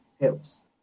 helps